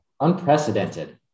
unprecedented